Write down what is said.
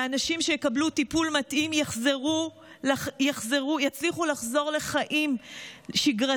כי 80% מהאנשים שיקבלו טיפול מתאים יצליחו לחזור לחיים שגרתיים,